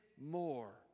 more